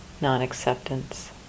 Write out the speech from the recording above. non-acceptance